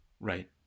Right